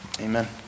Amen